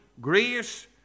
Grace